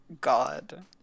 God